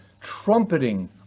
trumpeting